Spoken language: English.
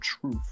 truth